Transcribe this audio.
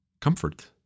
comfort